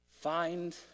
find